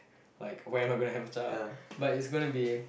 like when am I going to have a child but it's going be